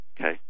Okay